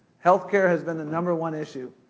healthcare has been the number one issue.